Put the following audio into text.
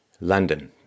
London